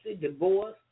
divorce